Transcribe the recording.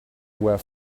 were